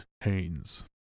Haynes